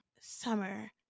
summer